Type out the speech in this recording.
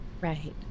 Right